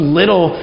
little